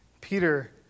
Peter